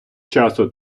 часу